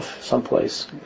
someplace